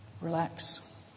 relax